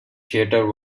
theater